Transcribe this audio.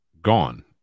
gone